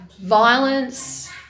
violence